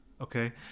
Okay